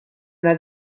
una